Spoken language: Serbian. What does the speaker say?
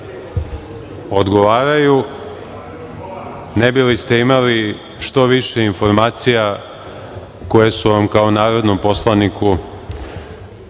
odgovaraju ne bi li ste imali što više informacija koje su vam kao narodnom poslaniku